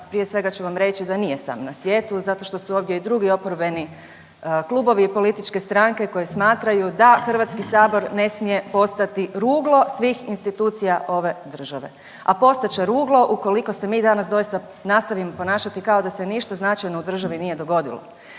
prije svega ću vam reći da nije sam na svijetu zato što su ovdje i drugi oporbeni klubovi i političke stranke koje smatraju da Hrvatski sabor ne smije postati ruglo svih institucija ove države, a postat će ruglo ukoliko se mi danas doista nastavimo ponašati kao da se ništa značajno u državi nije dogodilo.